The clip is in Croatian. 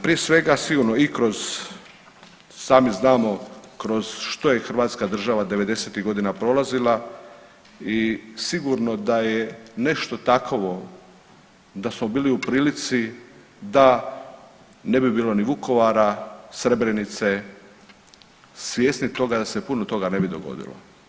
Prije svega sigurno i kroz sami znamo kroz što je Hrvatska država devedesetih godina prolazila i sigurno da je nešto takovo, da smo bili u prilici da ne bi bilo ni Vukovara, Srebrenice svjesni toga da se puno toga ne bi dogodilo.